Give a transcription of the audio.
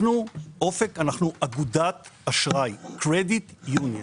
אנחנו אופק, אנחנו אגודת אשראי, credit union .